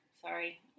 sorry